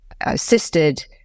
assisted